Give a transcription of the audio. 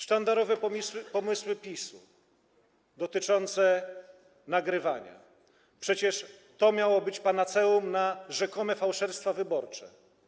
Sztandarowe pomysły PiS-u dotyczące nagrywania - przecież to miało być panaceum na rzekome fałszerstwa wyborcze.